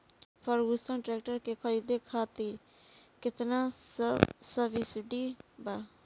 Ferguson tractor के खरीद करे खातिर केतना सब्सिडी बा?